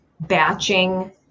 batching